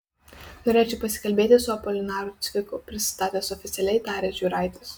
norėčiau pasikalbėti su apolinaru cviku prisistatęs oficialiai tarė žiūraitis